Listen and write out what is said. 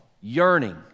yearning